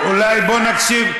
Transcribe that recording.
אולי בואו נקשיב,